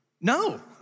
No